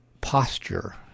posture